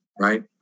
right